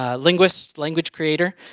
ah linguist, language creator.